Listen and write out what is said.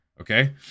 Okay